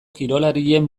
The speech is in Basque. kirolarien